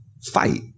fight